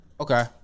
Okay